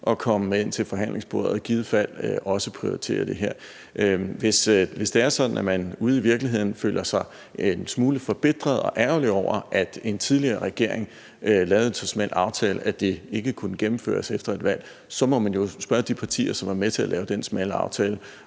at komme med ind til forhandlingsbordet og i givet fald også prioritere det her. Hvis det er sådan, at man ude i virkeligheden føler sig en smule forbitret og ærgerlig over, at en tidligere regering lavede en så smal aftale, at det ikke kunne gennemføres efter et valg, så må man jo spørge de partier, som var med til at lave den smalle aftale,